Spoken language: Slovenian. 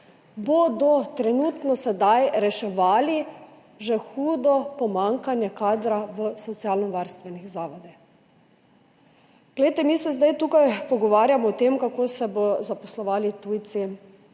trenutno reševali že hudo pomanjkanje kadra v socialnovarstvenih zavodih. Mi se zdaj tukaj pogovarjamo o tem, kako se bodo zaposlovali tujci